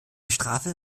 strafe